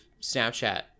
Snapchat